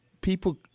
people